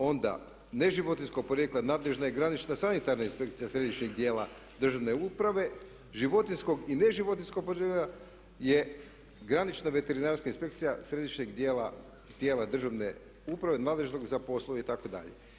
Onda neživotinjskog porijekla nadležna je granična sanitarna inspekcija središnjeg dijela državne uprave, životinjskog i neživotinjskog podrijetla je granična veterinarska inspekcija središnjeg dijela tijela državne uprave nadležnog za poslove itd.